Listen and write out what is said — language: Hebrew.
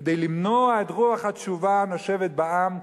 כדי למנוע את רוח התשובה הנושבת בעם.